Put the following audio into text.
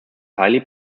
highly